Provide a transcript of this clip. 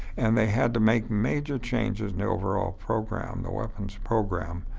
and they had to make major changes in the overall program, the weapons program,